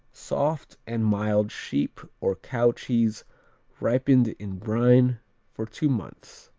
soft and mild sheep or cow cheese ripened in brine for two months.